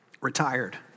retired